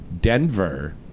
Denver